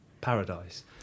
paradise